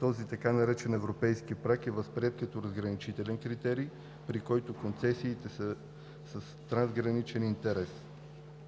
Този така наречен „европейски праг“ е възприет като разграничителен критерий, при който концесиите на стойност равна или